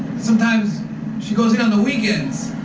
sometimes she goes in on the weekends